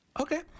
Okay